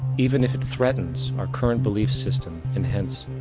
even if it threatens our current belief system and hence,